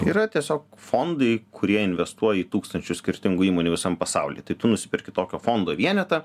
yra tiesiog fondai kurie investuoja į tūkstančius skirtingų įmonių visam pasauly tai tu nusiperki tokio fondo vienetą